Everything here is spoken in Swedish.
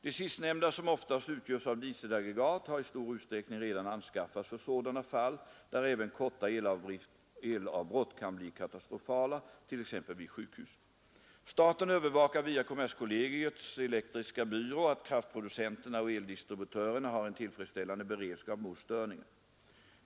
De sistnämnda, som oftast utgörs av dieselaggregat, har i stor utsträckning redan anskaffats för sådana fall där även korta elavbrott kan bli katastrofala, t.ex. vid sjukhus. Staten övervakar via kommerskollegiets elektriska byrå att kraftproducenterna och eldistributörerna har en tillfredsställande beredskap mot störningar.